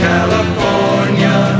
California